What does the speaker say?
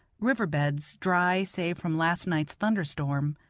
riverbeds, dry save from last night's thunder-storm,